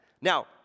Now